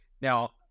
Now